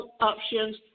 options